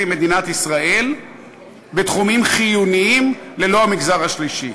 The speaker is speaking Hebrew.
מדינת ישראל בתחומים חיוניים ללא המגזר השלישי.